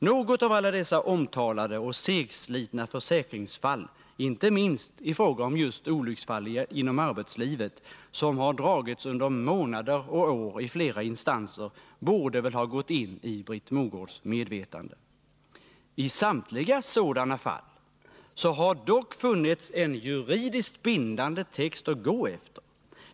Något av alla dessa omtalade och segslitna försäkringsfall, inte minst i fråga om just olycksfall inom arbetslivet, som har dragits under månader och år i flera instanser, borde väl ha gått in i Britt Mogårds medvetande. I samtliga sådana fall har dock funnits en juridiskt bindande text att gå efter.